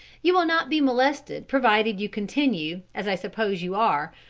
you will not be molested provided you continue, as i suppose you are,